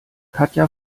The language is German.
katja